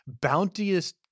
bounteous